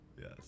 Yes